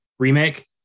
remake